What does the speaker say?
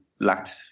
lacked